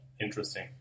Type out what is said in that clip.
Interesting